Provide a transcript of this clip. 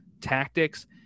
tactics